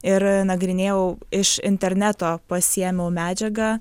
ir nagrinėjau iš interneto pasiėmiau medžiagą